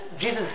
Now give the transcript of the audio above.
Jesus